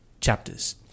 chapters